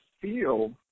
feel